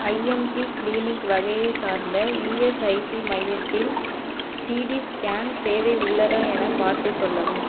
IMP clinic வகையைச் சார்ந்த ESIC மையத்தில் சிடி ஸ்கேன் சேவை உள்ளதா எனப் பார்த்துச் சொல்லவும்